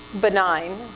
benign